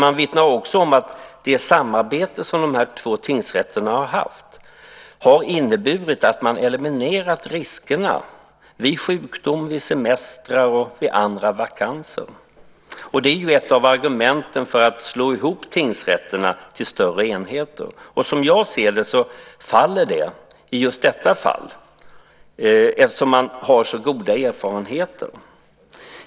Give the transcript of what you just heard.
Man vittnar också om att det samarbete som de här två tingsrätterna har haft har inneburit att riskerna eliminerats vid sjukdom, semestrar och andra vakanser. Det är ett av argumenten för att slå ihop tingsrätterna till större enheter. Som jag ser det faller det i just detta fall, eftersom man har så goda erfarenheter av samarbete.